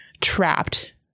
trapped